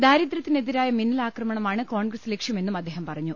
ദാരിദൃത്തിനെതിരായ മിന്നലാക്രമണമാണ് കോൺഗ്രസ് ലക്ഷ്യ മെന്നും അദ്ദേഹം പറഞ്ഞു